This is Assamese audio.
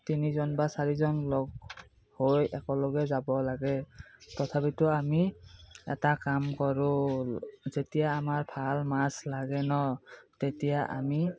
তিনিজন বা চাৰিজন লগ হৈ একেলগে যাব লাগে তথাপিতো আমি এটা কাম কৰোঁ যেতিয়া আমাৰ ভাল মাছ লাগে ন তেতিয়া আমি